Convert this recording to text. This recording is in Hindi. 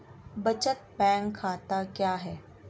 बचत बैंक खाता क्या है?